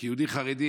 כיהודי חרדי,